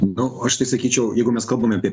nu aš tai sakyčiau jeigu mes kalbam apie